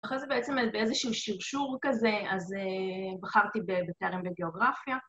‫אחרי זה בעצם באיזשהו שרשור כזה, ‫אז בחרתי בתארים בגאוגרפיה.